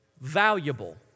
valuable